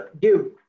give